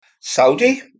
Saudi